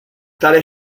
tale